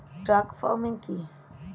Truck farming কি?